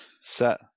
set